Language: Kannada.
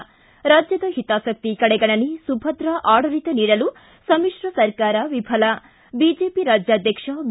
ಿ ರಾಜ್ಯದ ಹಿತಾಸಕ್ಕಿ ಕಡೆಗಣನೆ ಸುಭದ್ರ ಆಡಳಿತ ನೀಡಲು ಸಮಿತ್ರ ಸರ್ಕಾರ ವಿಫಲ ಬಿಜೆಪಿ ರಾಜ್ಯಾಧ್ಯಕ್ಷ ಬಿ